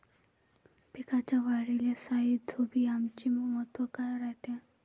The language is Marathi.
पिकाच्या वाढीले राईझोबीआमचे महत्व काय रायते?